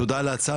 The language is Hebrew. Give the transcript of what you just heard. תודה על ההצעה,